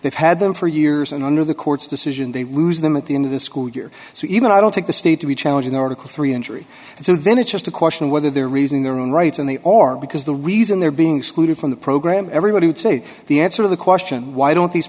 they've had them for years and under the court's decision they lose them at the end of the school year so even i don't take the state to be challenging article three injury and so then it's just a question of whether they're raising their own rights and they are because the reason they're being screwed from the program everybody would say the answer of the question why don't these